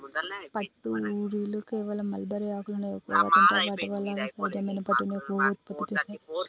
పట్టు ఊరిలో కేవలం మల్బరీ ఆకులను ఎక్కువగా తింటాయి వాటి వల్ల అవి సహజమైన పట్టుని ఎక్కువగా ఉత్పత్తి చేస్తాయి